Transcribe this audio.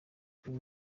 uyu